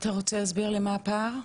אתה רוצה להסביר לי מה הפער?